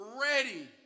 ready